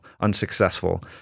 unsuccessful